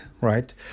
right